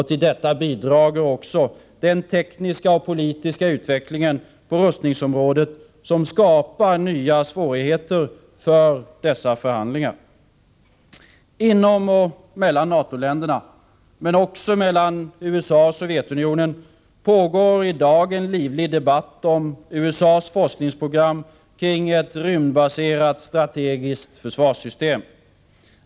Till detta bidrar också den tekniska och politiska utveckling på rustningsområdet som skapar nya svårigheter för förhandlingarna. Inom och mellan NATO-länderna — men också mellan USA och Sovjet unionen — pågår i dag en livlig debatt om USA:s forskningsprogram angående ett rymdbaserat strategiskt försvarssystem.